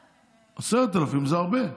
10,000. 10,000 זה הרבה,